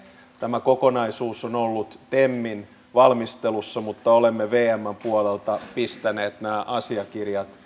tämä kokonaisuus on ollut temin valmistelussa mutta olemme vmn puolelta pistäneet nämä asiakirjat